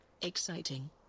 exciting